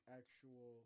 actual